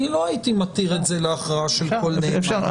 לא הייתי מתיר את זה להכרעה של כל נאמן.